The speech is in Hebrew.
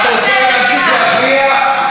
אתה מסית נגד חיילי ישיבות ההסדר.